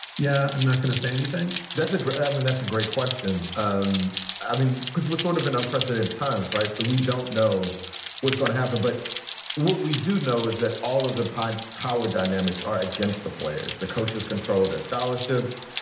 yeah, i'm not going to say anything that's a great i mean, that's a great question. um i mean, because we're sort of an unprecedent times. right. so we don't know what's going to happen. but what we do know is that all of the pine power dynamics are against the players. the coaches control their scholarships.